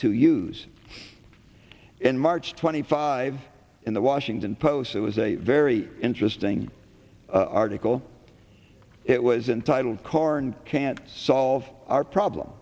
to use in march twenty five in the washington post it was a very interesting article it wasn't titled corn can't solve our problem